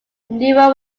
newer